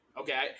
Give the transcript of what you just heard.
Okay